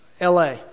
LA